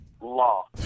law